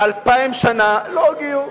ידידי, 2,000 שנה לא הגיעו.